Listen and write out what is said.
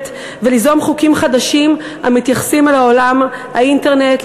וליזום חוקים חדשים המתייחסים לעולם האינטרנטי,